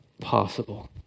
possible